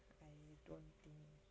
and I don't think